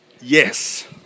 yes